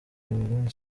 cameroun